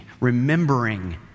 Remembering